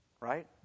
Right